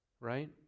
right